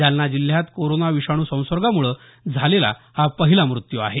जालना जिल्ह्यात कोरोना विषाणू संसर्गामुळे झालेला हा पहिला मृत्यू आहे